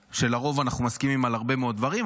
כשלרוב אנחנו מסכימים על הרבה מאוד דברים,